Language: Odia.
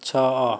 ଛଅ